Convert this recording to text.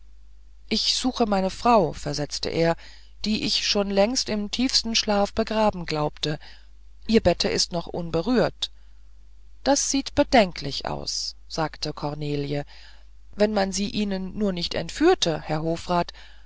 ich suche meine frau versetzte er die ich schon längst im tiefsten schlaf begraben glaubte ihr bette ist noch unberührt das sieht bedenklich aus sagte cornelie wenn man sie ihnen nur nicht entführte herr hofrat